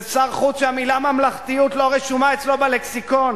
זה שר חוץ שהמלה "ממלכתיות" לא רשומה אצלו בלקסיקון,